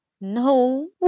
no